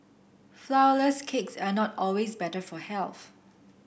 flour less cakes are not always better for health